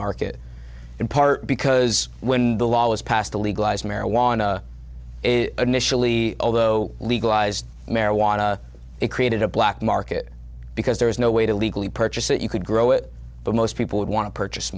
market in part because when the law was passed to legalize marijuana initially although legalized marijuana it created a black market because there was no way to legally purchase it you could grow it but most people would want to purchase